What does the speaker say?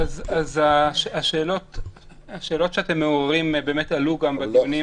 השאלות שאתם מעוררים עלו גם בדיונים